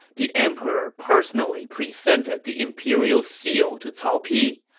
the emperor personally presented the imperial seal to cao pi,